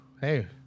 Hey